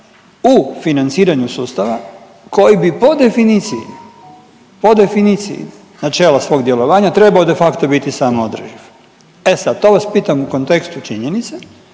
u financiranju sustava koji bi po definiciji, po definiciji načela svog djelovanja trebao de facto biti samoodrživ. E sad, to vas pitam u kontekstu činjenice